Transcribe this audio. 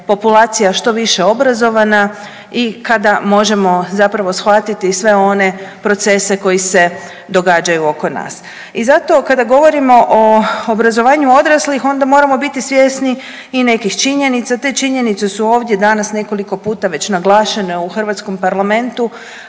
populacija što više obrazovana i kada možemo zapravo shvatiti sve one procese koji se događaju oko nas. I zato kada govorimo o obrazovanju odraslih onda moramo biti svjesni i nekih činjenica. Te činjenice su ovdje danas nekoliko puta već naglašene u hrvatskom parlamentu,